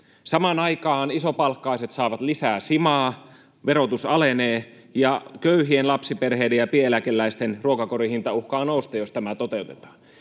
Samaan aikaan isopalkkaiset saavat lisää simaa — verotus alenee — ja köyhien lapsiperheiden ja pieneläkeläisten ruokakorin hinta uhkaa nousta, jos tämä toteutetaan.